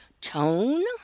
tone